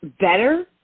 better